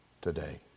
today